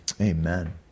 Amen